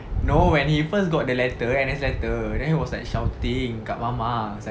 no when he first got the letter N_S letter then he was like shouting kat mama was like